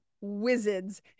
Wizards